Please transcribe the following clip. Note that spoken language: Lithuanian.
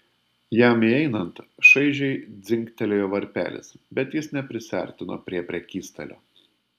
jam įeinant šaižiai dzingtelėjo varpelis bet jis neprisiartino prie prekystalio